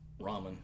Ramen